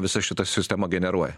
visa šita sistema generuoja